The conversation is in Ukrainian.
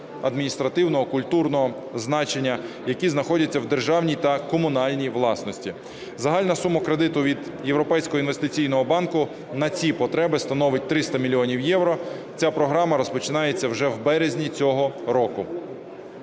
адміністративно-культурного значення, які знаходяться в державній та комунальній власності. Загальна сума кредиту від Європейського інвестиційного банку на ці потреби становить 300 мільйонів євро, ця програма розпочинається вже в березні цього року.